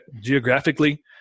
geographically